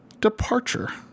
departure